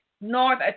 North